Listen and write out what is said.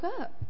up